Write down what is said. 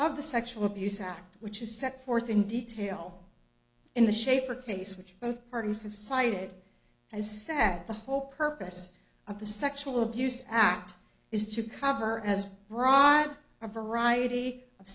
of the sexual abuse act which is set forth in detail in the shaper case which both parties have cited as sat the whole purpose of the sexual abuse act is to cover as broad a variety of